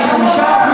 אני 5%,